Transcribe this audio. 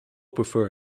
prefer